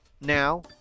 Now